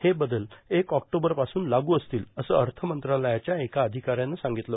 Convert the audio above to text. हे बदल एक ऑक्टोबरपासून लागू असतील असं अर्थ मंत्रालयाच्या एका अधिकाऱ्यानं सांगितलं